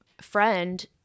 friend